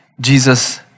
Jesus